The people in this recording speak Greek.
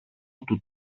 του